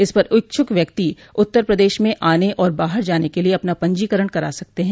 इस पर इच्छ्क व्यक्ति उत्तर प्रदेश में आने और बाहर जाने के लिए अपना पंजीकरण करा सकता है